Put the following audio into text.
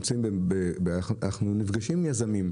אנחנו נפגשים עם יזמים,